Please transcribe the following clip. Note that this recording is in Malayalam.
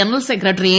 general secretary A